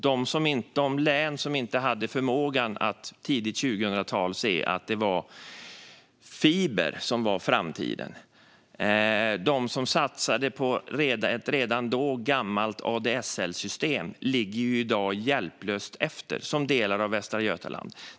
De län som inte hade förmågan att under tidigt 2000-tal se att det var fiber som var framtiden och de som satsade på ett redan då gammalt ADSL-system ligger i dag hjälplöst efter - det gäller till exempel delar av Västra Götaland.